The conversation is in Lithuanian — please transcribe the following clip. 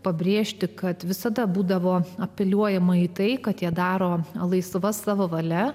pabrėžti kad visada būdavo apeliuojama į tai kad jie daro laisva savo valia